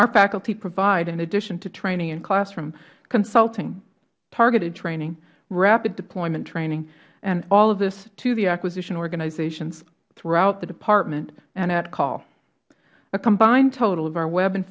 our faculty provide in addition to training in classroom consulting targeted training rapid deployment training and all of this to the acquisition organizations throughout the department and at call a combined total of our web and